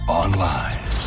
online